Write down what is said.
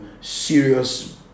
serious